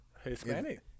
Hispanic